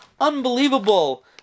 unbelievable